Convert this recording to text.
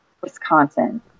Wisconsin